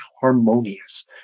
harmonious